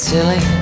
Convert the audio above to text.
silly